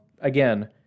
Again